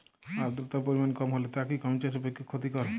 আর্দতার পরিমাণ কম হলে তা কি গম চাষের পক্ষে ক্ষতিকর?